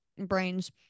brains